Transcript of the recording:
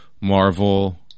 Marvel